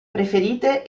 preferite